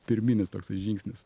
pirminis toksai žingsnis